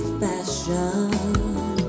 fashion